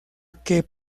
que